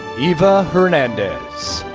eva hernandez.